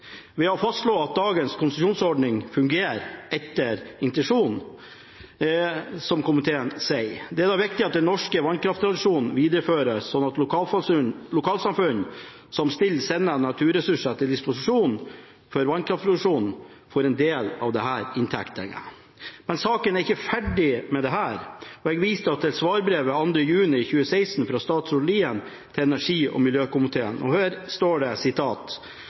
ved å fastslå at dagens konsesjonsordninger fungerer etter intensjonen, som komiteen sier. Det er viktig at den norske vannkrafttradisjonen videreføres, slik at lokalsamfunn som stiller sine naturressurser til disposisjon for vannkraftproduksjon, får en del av disse inntektene. Men saken er ikke ferdig med dette. Jeg viser til svarbrev av 2. juni 2016 fra statsråd Lien til energi- og miljøkomiteen. Her står det: